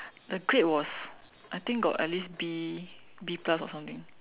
the grade was I think got at least B B plus or something